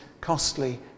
costly